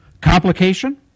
complication